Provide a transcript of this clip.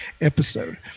episode